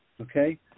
Okay